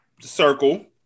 circle